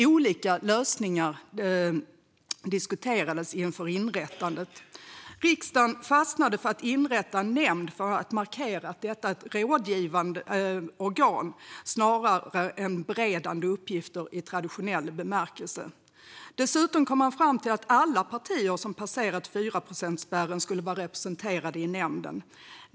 Olika lösningar diskuterades inför inrättandet. Riksdagen fastnade för att inrätta en nämnd för att markera att detta organ har rådgivande uppgifter snarare än beredande uppgifter i traditionell bemärkelse. Dessutom kom man fram till att alla partier som passerat 4-procentsspärren skulle vara representerade i nämnden.